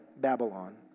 Babylon